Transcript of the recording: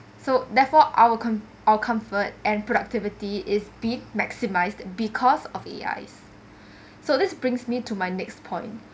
so therefore our com~ our comfort and productivity is being maximised because of A_I so this brings me to my next point